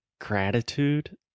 gratitude